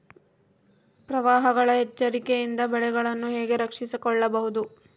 ಪ್ರವಾಹಗಳ ಎಚ್ಚರಿಕೆಯಿಂದ ಬೆಳೆಗಳನ್ನು ಹೇಗೆ ರಕ್ಷಿಸಿಕೊಳ್ಳಬಹುದು?